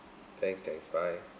thanks thanks bye